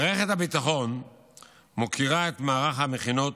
מערכת הביטחון מוקירה את מערך המכינות,